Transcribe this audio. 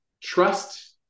trust